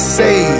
say